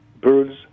birds